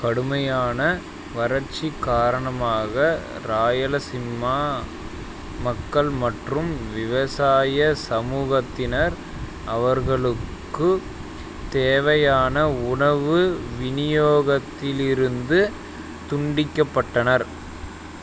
கடுமையான வறட்சி காரணமாக ராயலசிம்மா மக்கள் மற்றும் விவசாய சமூகத்தினர் அவர்களுக்கு தேவையான உணவு விநியோகத்திலிருந்து துண்டிக்கப்பட்டனர்